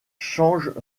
change